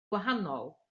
gwahanol